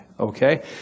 Okay